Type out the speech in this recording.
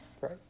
right